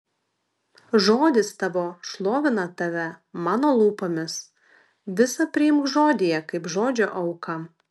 žodis tavo šlovina tave mano lūpomis visa priimk žodyje kaip žodžio auką